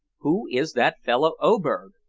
who is that fellow oberg?